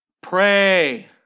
pray